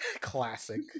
Classic